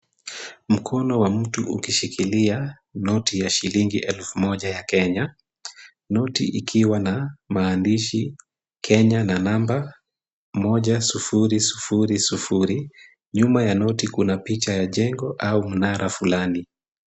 Mkono wa mtu ukishikilia noti ya shilingi elfu moja ya Kenya, noti ikiwa na maandishi Kenya na namba moja ,sufuri ,sufuri, sufuri. Nyuma ya noti kuna picha ya jengo au mnara fulani.